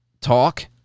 talk